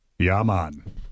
Yaman